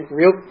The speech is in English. real